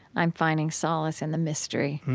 i'm finding solace in the mystery.